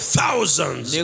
thousands